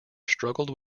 struggled